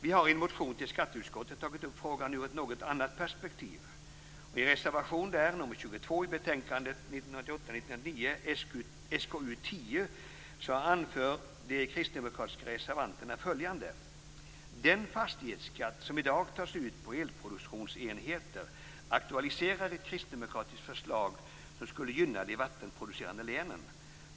Vi har i en motion till skatteutskottet tagit upp frågan ur ett något annat perspektiv. anför de kristdemokratiska reservanterna följande: "Den fastighetsskatt som i dag tas ut på elproduktionsenheter aktualiserar ett kristdemokratiskt förslag som skulle gynna de vattenkraftsproducerande länen.